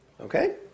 okay